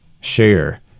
Share